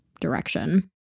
direction